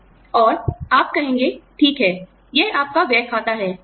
और आप कहेंगे ठीक है यह आपका व्यय खाता है